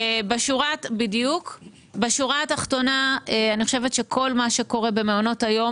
בשורה התחתונה אני חושבת שכל מה שקורה במעונות היום,